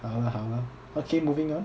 好啊好啊 okay moving on